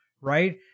Right